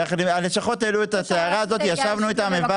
הלשכות העלו את ההערה הזאת, ישבנו איתם.